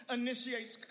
initiates